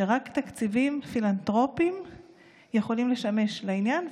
שרק תקציבים פילנטרופיים יכולים לשמש לטובת העניין,